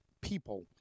people